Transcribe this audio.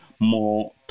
More